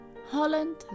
Holland